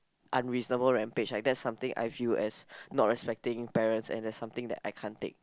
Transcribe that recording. unreasonable rampage and that's something I view as not respecting parents and that's something that I can't take